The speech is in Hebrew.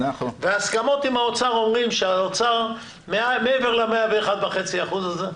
ההסכמות עם האוצר אומרים שהאוצר מעבר ל-101.5% הזה,